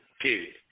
Period